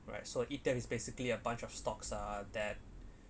alright so E_T_F is basically a bunch of stocks are that